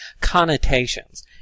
connotations